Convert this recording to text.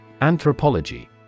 Anthropology